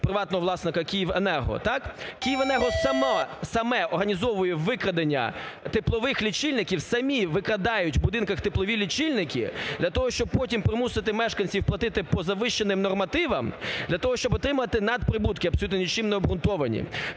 приватного власника "Київенерго", так. "Київенерго" саме організовує викрадення теплових лічильників, самі викрадають в будинках теплові лічильники для того, щоб потім примусити мешканців платити по завищеним нормативам для того, щоб отримати надприбутки, абсолютно нічим не обґрунтовані.